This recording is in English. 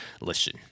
listen